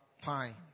time